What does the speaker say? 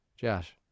Josh